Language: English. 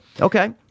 okay